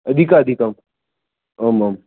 अधिकाधिकम् ओम् ओम्